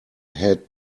had